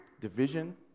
division